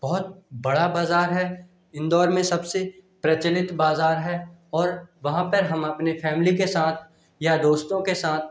बहुत बड़ा बाजार है इंदौर में सबसे प्रचलित बाजार है और वहाँ पर हम अपने फैमिली के साथ या दोस्तों के साथ